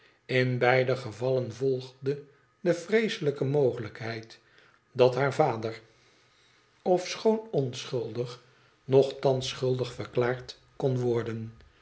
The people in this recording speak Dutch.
in beide gevallen volgde de vreeselijke mogelijkheid dat baar vader ofschoon onschuldig nogtbans schuldig verklaard kon worden